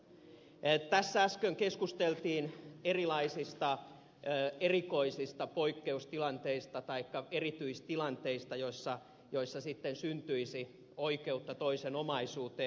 tässä äsken keskusteltiin erilaisista erikoisista poikkeustilanteista taikka erityistilanteista joissa sitten syntyisi oikeutta toisen omaisuuteen